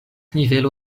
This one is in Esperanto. nivelo